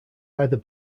either